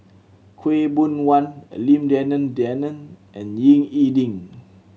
Khaw Boon Wan Lim Denan Denon and Ying E Ding